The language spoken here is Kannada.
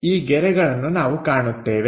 ಈ ಗೆರೆಗಳನ್ನು ನಾವು ಕಾಣುತ್ತೇವೆ